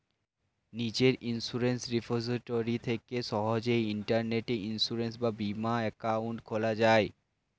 নিজের insurance repository থেকে সহজেই ইন্টারনেটে ইন্সুরেন্স বা বীমা অ্যাকাউন্ট খোলা যায়